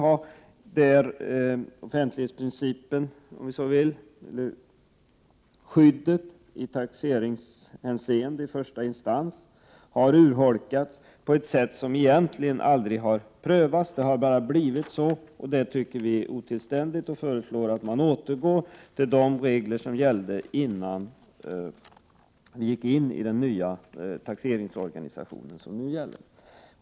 Skyddet i taxeringshänseende i första instans har urholkats på ett sätt som egentligen aldrig har prövats, utan det har bara blivit så. Detta tycker vi är otillständigt, varför vi föreslår att man återgår till de regler som gällde före den nu gällande taxeringsorganisationen. Herr talman!